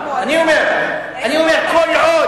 אני אומר: כל עוד,